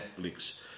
Netflix